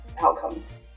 outcomes